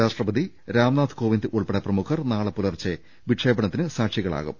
രാഷ്ട്രപതി രാംനാഥ് കോവിന്ദ് ഉൾപ്പെടെ പ്രമുഖർ നാളെ പുലർച്ചെ വിക്ഷേപണത്തിന് സാക്ഷികളാകും